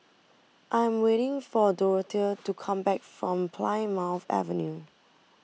I am waiting for Dorothea to come back from Plymouth Avenue